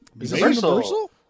Universal